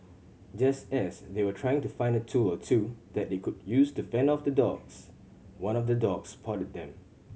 just as they were trying to find a tool or two that they could use to fend off the dogs one of the dogs spotted them